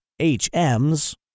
HMs